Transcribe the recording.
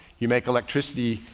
you make electricity,